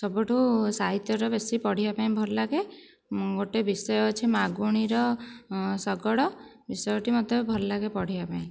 ସବୁଠୁ ସାହିତ୍ୟଟା ବେଶି ପଢ଼ିବା ପାଇଁ ଭଲ ଲାଗେ ମୁଁ ଗୋଟିଏ ବିଷୟ ଅଛି ମାଗୁଣୀର ଶଗଡ ବିଷୟଟି ଭଲ ଲାଗେ ମୋତେ ପଢ଼ିବା ପାଇଁ